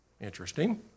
interesting